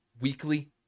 weekly